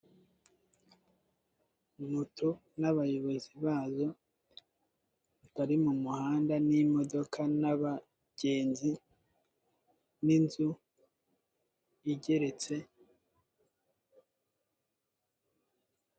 Moto n'abayobozi bayo bari mu muhanda n'imodoka n'abagenzi, n'inzu igeretse.